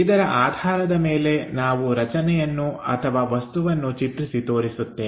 ಇದರ ಆಧಾರದ ಮೇಲೆ ನಾವು ರಚನೆಯನ್ನು ಅಥವಾ ವಸ್ತುವನ್ನು ಚಿತ್ರಿಸಿ ತೋರಿಸುತ್ತೇವೆ